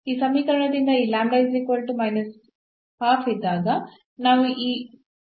ಈ ಸಮೀಕರಣದಿಂದ ಈ ಇದ್ದಾಗ ನಾವು ಅನ್ನು ಪಡೆಯುತ್ತೇವೆ